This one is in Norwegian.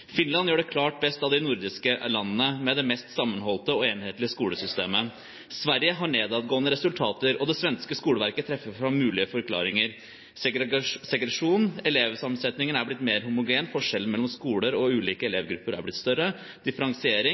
Finland gjør det klart best av de nordiske landene, med det mest sammenholdte og enhetlige skolesystemet. Sverige har nedadgående resultater. Det svenske skoleverket trekker fram mulige forklaringer: segregering elevsammensetningen er blitt mer homogen forskjellen mellom skoler og ulike elevgrupper er blitt større differensiering